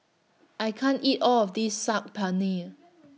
I can't eat All of This Saag Paneer